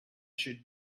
should